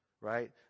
right